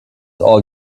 all